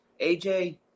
AJ